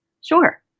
Sure